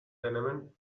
tenement